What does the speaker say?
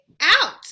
out